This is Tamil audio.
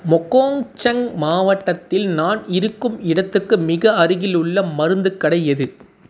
மொகோங்சங்க் மாவட்டத்தில் நான் இருக்கும் இடத்துக்கு மிக அருகிலுள்ள மருந்துக் கடை எது